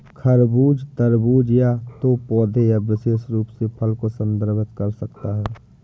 खरबूज, तरबूज या तो पौधे या विशेष रूप से फल को संदर्भित कर सकता है